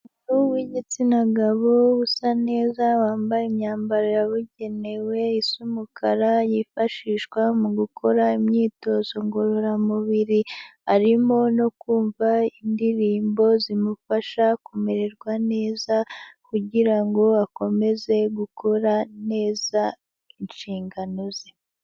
Umuntu w'igitsina gabo usa neza wambaye imyambaro yabugenewe isa umukara yifashishwa mu gukora imyitozo ngororamubiri, arimo no kumva indirimbo zimufasha kumererwa neza kugira ngo akomeze gukora neza inshingano ze.